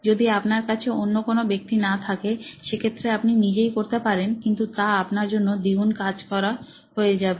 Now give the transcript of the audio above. যদি আপনার কাছে অন্য কোনো ব্যক্তি না থাকেন সেক্ষেত্রে আপনি নিজেই করতে পারেন কিন্তু তা আপনার জন্য দ্বিগুণ কাজ হয়ে যাবে